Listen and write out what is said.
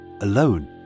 alone